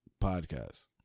podcast